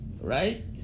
Right